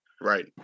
right